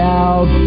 out